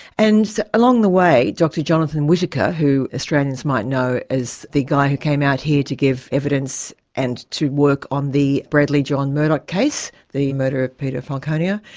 and along the way, dr jonathan whitaker, who australians might know as the guy who came out here to give evidence and to work on the bradley john murdoch case, the murder of peter falconio.